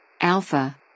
Alpha